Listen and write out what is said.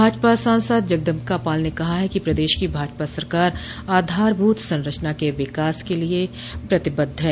भाजपा सांसद जगदम्बिका पाल ने कहा है कि प्रदेश की भाजपा सरकार आधारभूत संरचना के विकास को लेकर प्रतिबद्ध है